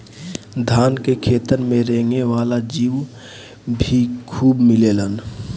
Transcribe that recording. धान के खेतन में रेंगे वाला जीउ भी खूब मिलेलन